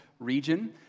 region